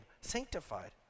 sanctified